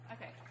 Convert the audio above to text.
Okay